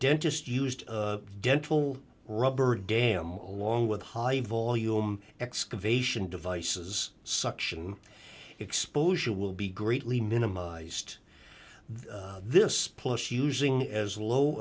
dentist used dental rubber dam along with high volume excavation devices suction exposure will be greatly minimized this plus using as low